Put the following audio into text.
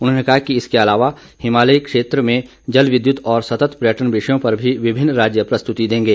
उन्होंने कहा कि इसके अलावा हिमालयी क्षेत्र में जल विद्युत और सतत पर्यटन विषयों पर भी विभिन्न राज्य प्रस्तुती देंगे